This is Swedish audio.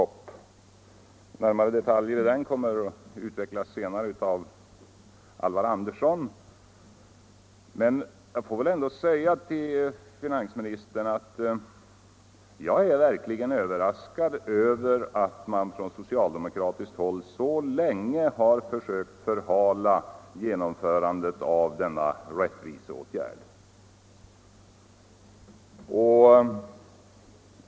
De närmare detaljerna i den kommer att utvecklas senare av Alvar Andersson, men jag vill ändå säga till finansministern att jag verkligen är överraskad över att man från socialdemokratiskt håll så länge har försökt förhala genomförandet av denna rättviseåtgärd.